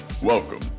Welcome